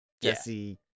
Jesse